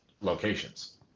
locations